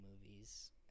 movies